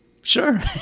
Sure